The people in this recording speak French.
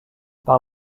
par